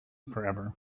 forever